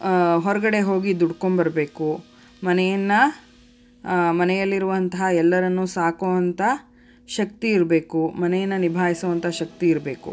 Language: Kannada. ಹೊರಗಡೆ ಹೋಗಿ ದುಡ್ಕೊಂಬರ್ಬೇಕು ಮನೆಯನ್ನು ಮನೆಯಲ್ಲಿರುವಂತಹ ಎಲ್ಲರನ್ನು ಸಾಕುವಂಥ ಶಕ್ತಿ ಇರಬೇಕು ಮನೆಯನ್ನು ನಿಭಾಯಿಸುವಂಥ ಶಕ್ತಿ ಇರಬೇಕು